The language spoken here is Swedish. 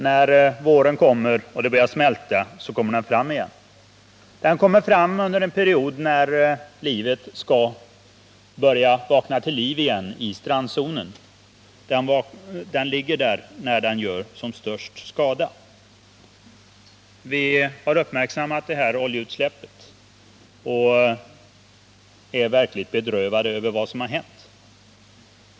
När våren kommer och täcket börjar smälta kommer oljan fram igen — under en period när naturen skall börja vakna till liv igen i strandzonen. Oljan ligger där när den gör som störst skada. Vi har uppmärksammat det här oljeutsläppet och är verkligt bedrövade över vad som har hänt.